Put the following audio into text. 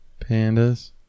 Pandas